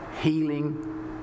healing